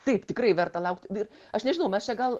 taip tikrai verta laukti bet aš nežinau mes čia gal